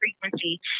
frequency